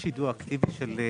יש יידוע אקטיבי על